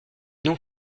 donc